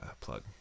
plug